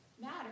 matter